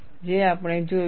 જે આપણે જોયું છે